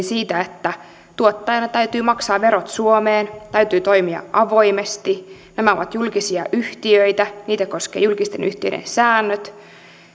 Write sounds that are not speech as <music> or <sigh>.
<unintelligible> siitä että tuottajana täytyy maksaa verot suomeen täytyy toimia avoimesti nämä ovat julkisia yhtiöitä niitä koskevat julkisten yhtiöiden säännöt